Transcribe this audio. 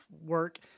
work